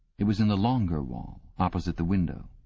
it was in the longer wall, opposite the window.